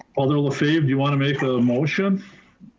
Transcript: alder lefebvre, do you wanna make a motion?